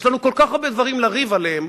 יש לנו כל כך הרבה דברים לריב עליהם,